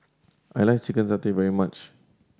I like chicken satay very much